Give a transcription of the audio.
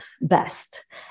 best